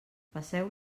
passeu